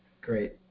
Great